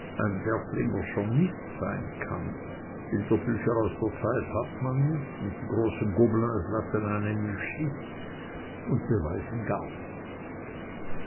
ein derfflingerscher nicht sein kann bilderbücher aus der zeit her hat man nicht und die großen gobelins lassen einen im stich und beweisen gar nichts